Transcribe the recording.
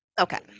okay